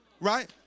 right